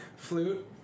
Flute